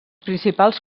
principals